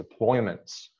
deployments